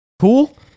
cool